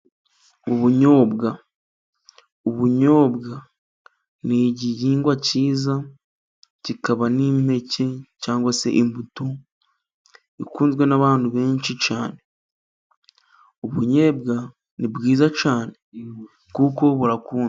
Ubunyobwa, ubunyobwa ni igihingwa cyiza kikaba n'impeke cyangwa se imbuto ikunzwe n'abantu benshi cyane. Ubunyebwa ni bwiza cyane kuko burakundwa.